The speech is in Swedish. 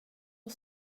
och